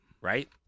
Right